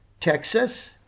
texas